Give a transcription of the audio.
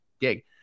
gig